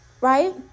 Right